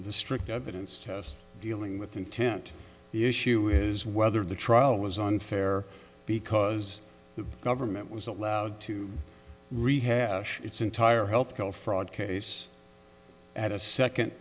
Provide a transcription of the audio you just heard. the strict evidence test dealing with intent the issue is whether the trial was unfair because the government was allowed to rehash its entire health care fraud case at a second